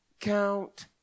Count